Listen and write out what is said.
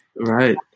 Right